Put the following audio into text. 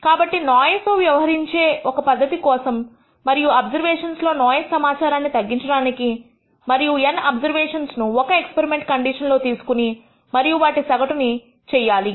కాబట్టి నోఇస్ తో వ్యవహరించే ఒక పద్ధతి కోసం మరియు అబ్జర్వేషన్స్ లో నోఇస్ సమాచారాన్ని ని తగ్గించడానికి మనము n అబ్జర్వేషన్స్ను ఒక ఎక్స్పరిమెంట్ కండిషన్ లో తీసుకుని మరియు వాటి సగటు అని చేయాలి